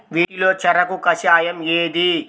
వీటిలో చెరకు కషాయం ఏది?